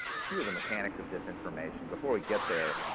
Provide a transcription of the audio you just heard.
a few of the mechanics of disinformation. before we get there,